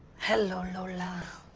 hello, lola.